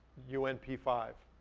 un p five,